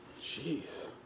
Jeez